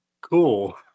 Cool